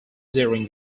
during